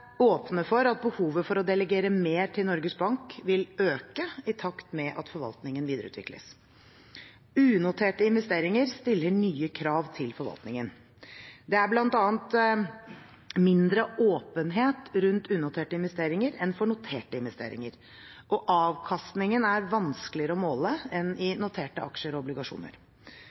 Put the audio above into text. åpne for at behovet for å delegere mer til Norges Bank vil øke i takt med at forvaltningen videreutvikles. Unoterte investeringer stiller nye krav til forvaltningen. Det er bl.a. mindre åpenhet rundt unoterte investeringer enn noterte investeringer. Avkastningen er også vanskeligere å måle enn i